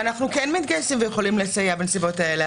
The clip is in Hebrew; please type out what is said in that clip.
אנחנו כן מתגייסים ויכולים לסייע בנסיבות האלה,